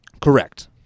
Correct